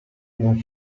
non